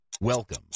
Welcome